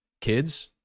kids